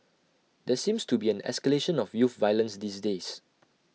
there seems to be an escalation of youth violence these days